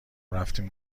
رفتیم